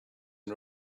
and